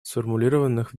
сформулированных